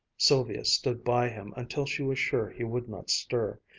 sylvia stood by him until she was sure he would not stir,